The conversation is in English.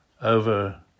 over